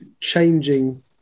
changing